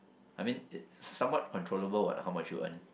I mean it's somewhat controllable what how much you earn